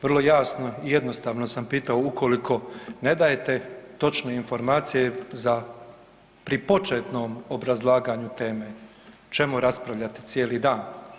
Vrlo jasno i jednostavno sam pitao ukoliko ne dajete točne informacije za pri početnom obrazlaganju teme, čemu raspravljati cijeli dan?